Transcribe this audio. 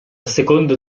secondo